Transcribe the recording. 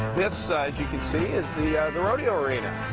this, as you can see, is the the rodeo arena.